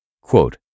Quote